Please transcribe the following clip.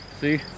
see